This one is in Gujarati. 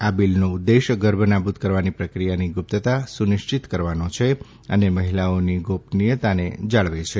આ બિલનો ઉદ્દેશ ગર્ભ નાબુદ કરવાની પ્રક્રિયાની ગુપ્તતા સુનિશ્ચિત કરવાનો છે અને મહિલાઓની ગોપનીયતાને જાળવે છે